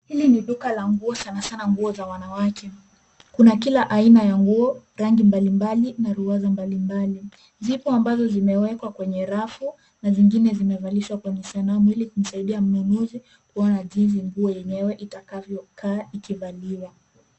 Hili ni duka la nguo sana sana nguo za wanawake. Kuna kila aina ya nguo, rangi mbali mbali na ruwaza mbali mbali. Zipo ambazo zimewekwa kwenye rafu na zingine zimevalishwa kwenye sanamu ili kumsaidia mnunuzi kuona jinsi yenyewe nguo itakavyo kaa ikivaliwa.